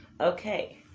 Okay